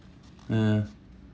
mm